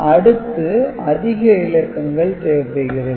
அடுத்து அதிக இலக்கங்கள் தேவைப்படுகிறது